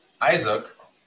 Isaac